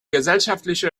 gesellschaftliche